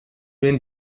mène